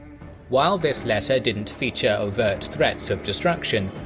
while this letter didn't feature overt threats of destruction,